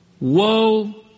Woe